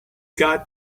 got